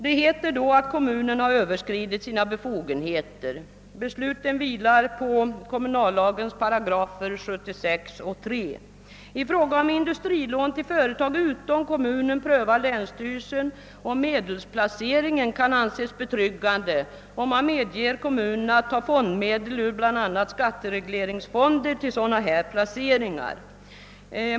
Det heter då att kommunen har Ööverskridit sina befogenheter. Bedömningen vilar på paragraferna 3 och 76 i kommunallagen. I fråga om industrilån till företag utom kommunen prövar länsstyrelsen om medelsplaceringen kan anses betryggande, och man medger att kommunerna tar fondmedel ur bl a. skatteregleringsfonder till sådana placeringar.